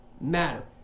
matter